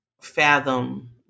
fathom